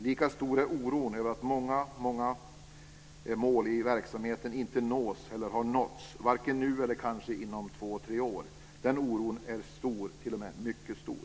Lika stor är oron över att många mål i verksamheten inte har nåtts eller kommer att nås vare sig nu eller kanske ens om två tre år. Den oron är stor, t.o.m. mycket stor.